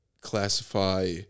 classify